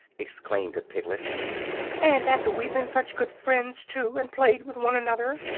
exclaimed a piglet and after we've been such good friends, too, and played with one another!